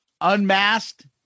unmasked